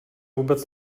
vůbec